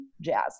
Jazz